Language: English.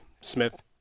Smith